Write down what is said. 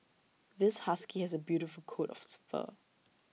this husky has A beautiful coat of fur